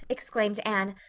exclaimed anne,